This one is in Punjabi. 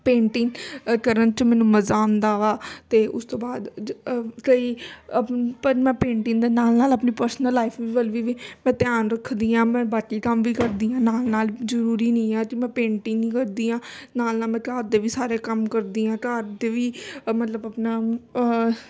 ਪੇਂਟਿੰਗ ਕਰਨ 'ਚ ਮੈਨੂੰ ਮਜ਼ਾ ਆਉਂਦਾ ਵਾ ਅਤੇ ਉਸ ਤੋਂ ਬਾਅਦ ਕਈ ਪਰ ਮੈਂ ਪੇਂਟਿੰਗ ਦੇ ਨਾਲ ਨਾਲ ਆਪਣੀ ਪਰਸਨਲ ਲਾਈਫ ਵੱਲ ਵੀ ਵੀ ਮੈਂ ਧਿਆਨ ਰੱਖਦੀ ਹਾਂ ਮੈਂ ਬਾਕੀ ਕੰਮ ਵੀ ਕਰਦੀ ਹਾਂ ਨਾਲ ਨਾਲ ਜ਼ਰੂਰੀ ਨਹੀਂ ਆ ਕਿ ਮੈਂ ਪੇਂਟਿੰਗ ਹੀ ਕਰਦੀ ਹਾਂ ਨਾਲ ਨਾਲ ਮੈਂ ਘਰ ਦੇ ਵੀ ਸਾਰੇ ਕੰਮ ਕਰਦੀ ਹਾਂ ਘਰ ਦੇ ਵੀ ਮਤਲਬ ਆਪਣਾ